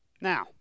Now